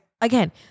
again